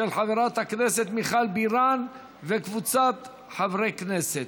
של חברת הכנסת מיכל בירן וקבוצת חברי הכנסת.